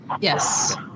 Yes